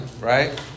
right